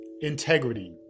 Integrity